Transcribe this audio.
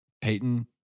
Peyton